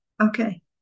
Okay